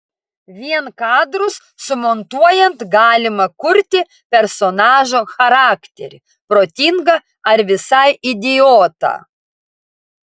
vien kadrus sumontuojant galima kurti personažo charakterį protingą ar visai idiotą